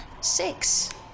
Six